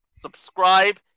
subscribe